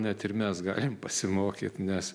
net ir mes galim pasimokyt nes